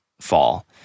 fall